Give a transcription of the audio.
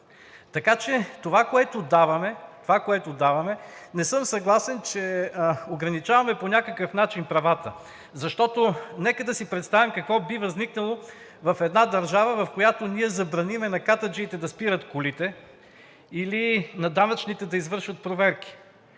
така че това, което даваме, не съм съгласен, че ограничаваме по някакъв начин правата, защото нека да си представим какво би възникнало в една държава, в която ние забраним на катаджиите да спират колите или на данъчните да извършват проверки.